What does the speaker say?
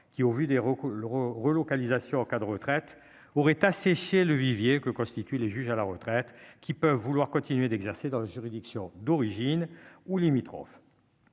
recours l'Euro relocalisation en cas de retraite aurait assécher le vivier que constitue les juges à la retraite qui peuvent vouloir continuer d'exercer dans juridiction d'origine ou limitrophes.